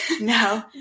no